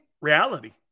Reality